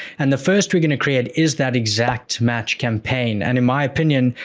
and the first we're going to create is that exact match campaign and in my opinion,